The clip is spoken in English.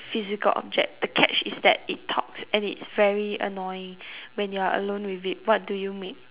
physical object the catch is that it talks and it's very annoying when you're alone with it what do you make